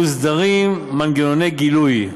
מוסדרים מנגנוני גילוי,